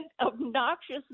obnoxious